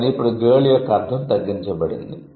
కానీ ఇప్పుడు గర్ల్ యొక్క అర్ధం తగ్గించబడింది